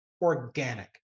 Organic